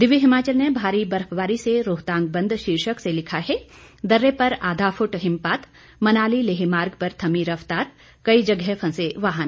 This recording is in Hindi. दिव्य हिमाचल ने भारी बर्फबारी से रोहतांग बंद शीर्षक से लिखा है दर्रे पर आधा फुट हिमपात मनाली लेह मार्ग पर थमी रफतार कई जगह फंसे वाहन